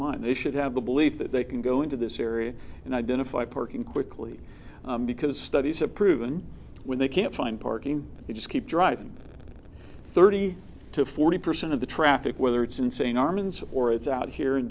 mind they should have the belief that they can go into this area and identify parking quickly because studies have proven when they can't find parking they just keep driving thirty to forty percent of the traffic whether it's insane armin's or it's out here in